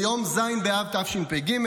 ביום ז' באב תשפ"ג,